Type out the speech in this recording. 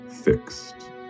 fixed